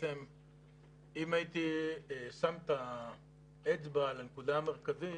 אם הייתי שם את האצבע על הנקודה המרכזית,